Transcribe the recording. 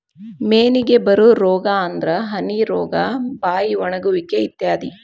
ಮೇನಿಗೆ ಬರು ರೋಗಾ ಅಂದ್ರ ಹನಿ ರೋಗಾ, ಬಾಯಿ ಒಣಗುವಿಕೆ ಇತ್ಯಾದಿ